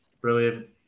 Brilliant